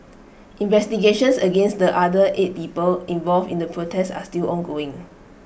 investigations against the other eight people involved in the protest are still ongoing